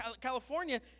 California